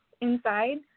inside